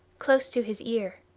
close to his ear.